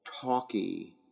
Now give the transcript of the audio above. talky